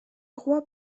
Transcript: roi